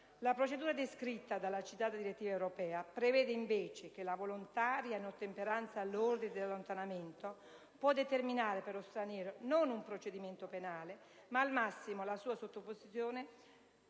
La procedura descritta dalla citata direttiva europea prevede invece che la volontaria inottemperanza all'ordine di allontanamento può determinare per lo straniero non un procedimento penale ma, al massimo, la sua sottoposizione